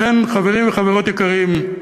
לכן, חברים וחברות יקרים,